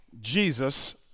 Jesus